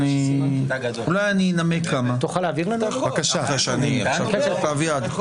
זה בכתב יד.